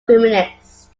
feminists